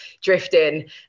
drifting